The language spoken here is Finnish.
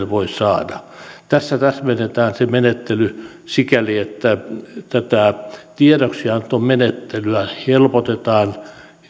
voi saada tässä täsmennetään se menettely sikäli että tätä tiedoksiantomenettelyä helpotetaan